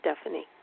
Stephanie